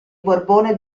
borbone